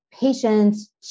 patients